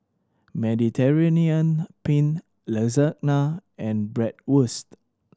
Mediterranean Penne Lasagna and Bratwurst